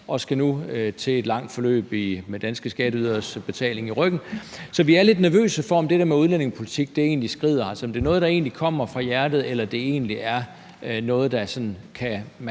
og skal nu igennem et langt forløb med danske skatteyderes betaling i ryggen. Så vi er lidt nervøse for, om det der med udlændingepolitikken egentlig skrider, altså om det er noget, der egentlig kommer fra hjertet, eller om det er noget, man sådan kan